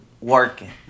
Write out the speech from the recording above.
working